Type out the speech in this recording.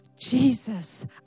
Jesus